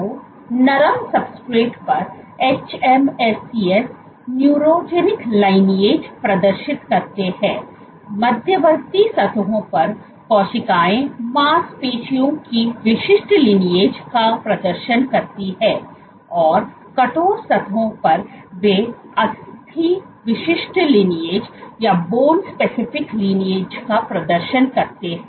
तो नरम सब्सट्रेट पर hMSCs न्यूरोजेनिक लिनीएज प्रदर्शित करते हैं मध्यवर्ती सतहों पर कोशिकाएं मांसपेशियों की विशिष्ट लिनीएज का प्रदर्शन करती हैं और कठोर सतहों पर वे अस्थि विशिष्ट लिनीएज का प्रदर्शन करते हैं